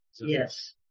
Yes